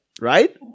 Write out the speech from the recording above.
right